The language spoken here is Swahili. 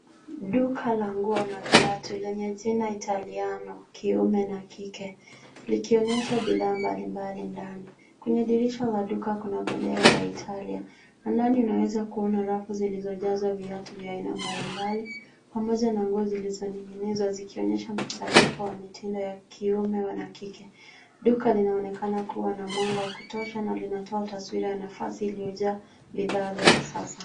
Duka la nguo na viatu lenye jina italiano kiume na kike likionyesha bidhaa mbalimbali. Ndani kwenye dirisha la duka kuna bendera ya Italia. Ndani unaweza kuona rafu zilizojazwa viatu vya aina mbalimbali pamoja na ngozi zilizoninginizwa zikionyesha mkusanyiko wa mitindo ya kiume na kike. Duka linaonekana kuwa na mwanga wa kutosha na linatoa taswira ya nafasi iliyojaa bidhaa za kisasa.